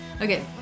Okay